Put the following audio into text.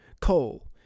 Coal